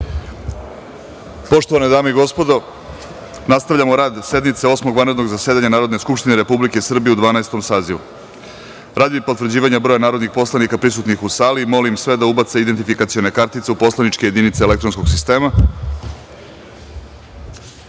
Poštovane dame i gospodo narodni poslanici, nastavljamo rad sednice Osmog vanrednog zasedanja Narodne skupštine Republike Srbije u Dvanaestom sazivu. Radi potvrđivanja broja narodnih poslanika prisutnih u sali, molim sve da ubace identifikacione kartice u poslaničke jedinice elektronskog